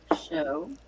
show